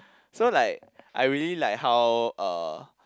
so like I really like how uh